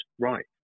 right